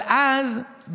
אבל אז,